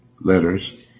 letters